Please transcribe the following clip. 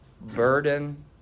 burden